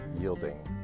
yielding